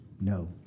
No